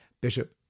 Bishop